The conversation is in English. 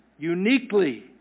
uniquely